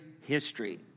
history